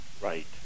Right